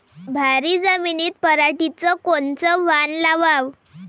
भारी जमिनीत पराटीचं कोनचं वान लावाव?